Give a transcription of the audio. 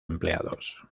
empleados